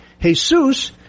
Jesus